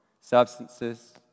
Substances